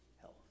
health